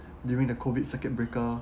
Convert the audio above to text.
during the COVID circuit breaker